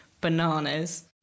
bananas